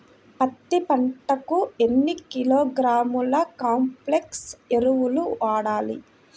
పత్తి పంటకు ఎన్ని కిలోగ్రాముల కాంప్లెక్స్ ఎరువులు వాడాలి?